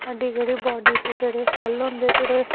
साढ़ी बाडी च जेह्ड़े सेल होंदे जेह्ड़े